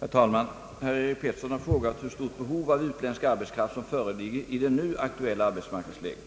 Herr talman! Herr Erik Petersson har frågat hur stort behov av utländsk arbetskraft som föreligger i det nu aktuella arbetsmarknadsläget.